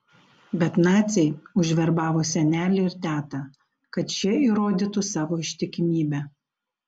bet naciai užverbavo senelį ir tetą kad šie įrodytų savo ištikimybę